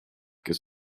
kes